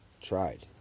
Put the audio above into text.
tried